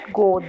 go